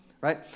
right